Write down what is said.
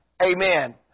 Amen